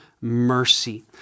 mercy